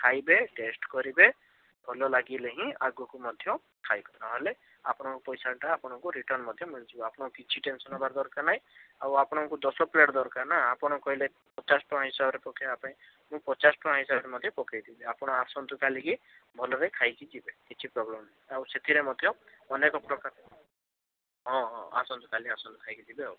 ଖାଇବେ ଟେଷ୍ଟ କରିବେ ଭଲ ଲାଗିଲେ ହିଁ ଆଗକୁ ମଧ୍ୟ ଖାଇବେ ନହେଲେ ଆପଣଙ୍କ ପଇସାଟା ଆପଣଙ୍କୁ ରିଟର୍ନ ମଧ୍ୟ ମିଳିଯିବ ଆପଣଙ୍କୁ କିଛି ଟେନସନ୍ ହେବାର ଦରକାର ନାହିଁ ଆଉ ଆପଣଙ୍କୁ ଦଶ ପ୍ଲେଟ୍ ଦରକାର ନା ଆପଣ କହିଲେ ପଚାଶ ଟଙ୍କା ହିସାବରେ ପକାଇବା ପାଇଁ ମୁଁ ପଚାଶ ଟଙ୍କା ହିସାବରେ ମଧ୍ୟ ପକାଇଦେବି ଆପଣ ଆସନ୍ତୁ କାଲିକି ଭଲରେ ଖାଇକି ଯିବେ କିଛି ପ୍ରୋବ୍ଲେମ୍ ନାହିଁ ଆଉ ସେଥିରେ ମଧ୍ୟ ଅନେକ ପ୍ରକାର ହଁ ହଁ ଆସନ୍ତୁ କାଲି ଆସନ୍ତୁ ଖାଇକି ଯିବେ ଆଉ